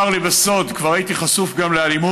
הוא אמר לי בסוד: כבר הייתי חשוף לאלימות,